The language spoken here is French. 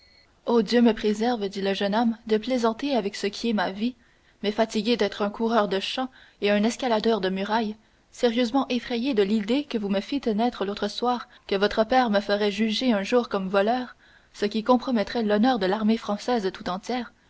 oh dieu me préserve dit le jeune homme de plaisanter avec ce qui est ma vie mais fatigué d'être un coureur de champs et un escaladeur de murailles sérieusement effrayé de l'idée que vous me fîtes naître l'autre soir que votre père me ferait juger un jour comme voleur ce qui compromettrait l'honneur de l'armée française tout entière